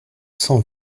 cent